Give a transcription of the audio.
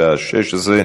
בשעה 16:00,